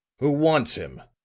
who wants him?